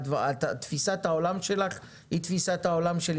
תפיסת העולם שלך היא תפיסת העולם שלי,